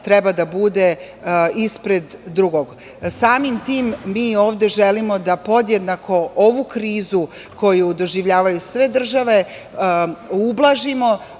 treba da bude ispred drugog. Samim tim, mi ovde želimo da podjednako ovu krizu, koju doživljavaju sve države, ublažimo